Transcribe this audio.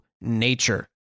nature